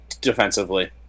defensively